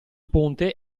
ponte